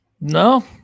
No